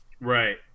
Right